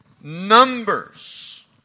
numbers